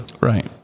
right